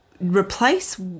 replace